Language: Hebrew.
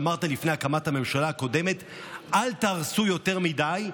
שלפני הקמת הממשלה הקודמת אמרת: אל תהרסו יותר מדי,